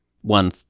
one